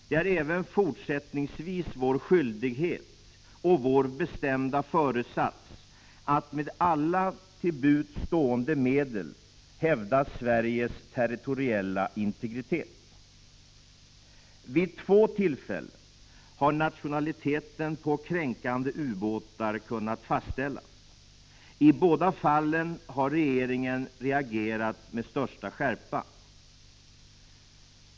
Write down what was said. Det är även fortsättningsvis vår skyldighet och vår bestämda föresats att med alla till buds stående medel hävda Sveriges territoriella integritet. Vid två tillfällen har nationaliteten på kränkande ubåtar kunnat fastställas. I båda fallen har regeringen reagerat med största skärpa.